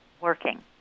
working